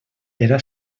era